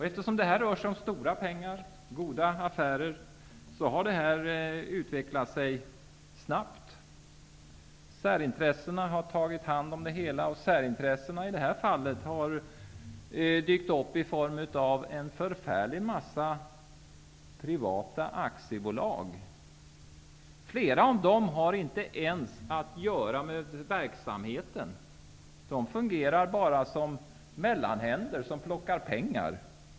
Eftersom det här rör sig om stora pengar, goda affärer, har detta utvecklat sig snabbt. Särintressena har tagit hand om det hela. Särintressena har i det här fallet dykt upp i form av en förfärlig mängd privata aktiebolag. Flera av dem har inte ens att göra med verksamheten. De fungerar bara som mellanhänder som plockar pengar.